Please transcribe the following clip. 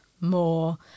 more